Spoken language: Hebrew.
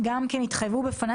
כרגע אנחנו מדברים על המועד.